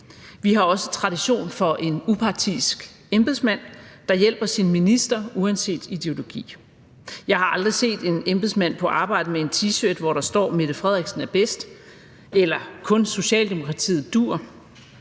Vi har også en tradition for en upartisk embedsmand, der hjælper sin minister uanset ideologi. Jeg har aldrig set en embedsmand på arbejde med en T-shirt, hvor der står, at Mette Frederiksen er bedst, eller at kun Socialdemokratiet duer.